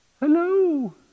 Hello